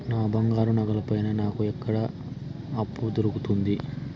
నా బంగారు నగల పైన నాకు ఎక్కడ అప్పు దొరుకుతుంది